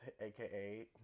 aka